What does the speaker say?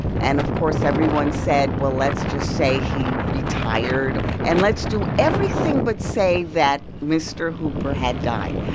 and, of course, everyone said, well, let's just say he retired. and let's do everything but say that mr. hooper had died.